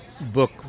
book